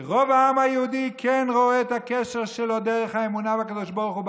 כי רוב העם היהודי כן רואה את הקשר שלו דרך האמונה בקדוש ברוך הוא,